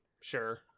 Sure